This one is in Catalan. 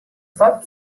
foc